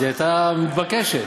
אז היא הייתה מתבקשת.